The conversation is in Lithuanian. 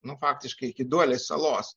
nu faktiškai iki duolės salos